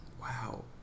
Wow